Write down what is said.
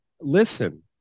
listen